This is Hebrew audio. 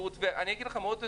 אני אגיד לכם עוד יותר,